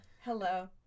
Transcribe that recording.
hello